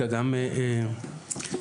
ואשל.